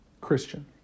Christian